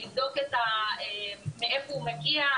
לבדוק מאיפה הוא מגיע,